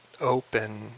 open